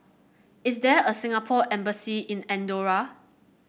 is there a Singapore Embassy in Andorra